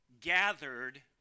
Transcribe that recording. gathered